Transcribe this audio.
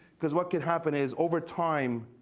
because what can happen is, over time,